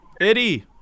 Eddie